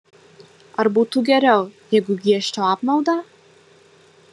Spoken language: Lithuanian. ar būtų geriau jeigu giežčiau apmaudą